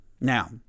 Now